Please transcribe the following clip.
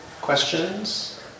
questions